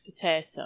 potato